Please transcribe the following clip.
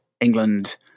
England